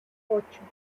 ocho